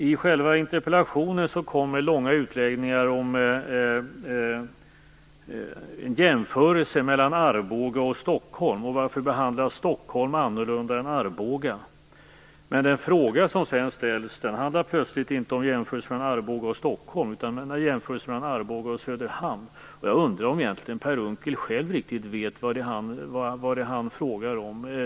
I själva interpellationen kommer han med långa utläggningar och gör en jämförelse mellan Arboga och Stockholm. Han undrar varför Stockholm behandlas annorlunda än Arboga. Men den fråga som sedan ställs handlar plötsligt inte om en jämförelse mellan Arboga och Stockholm, utan om en jämförelse mellan Arboga och Söderhamn. Jag undrar om Per Unckel själv riktigt vet vad det är han frågar om.